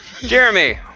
Jeremy